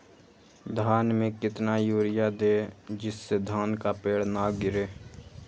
धान में कितना यूरिया दे जिससे धान का पेड़ ना गिरे?